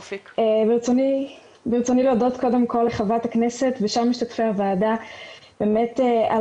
ברצוני להודות קודם כל לחברת הכנסת ושאר משתתפי הוועדה באמת על